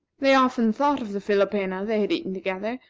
they often thought of the philopena they had eaten together,